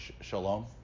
Shalom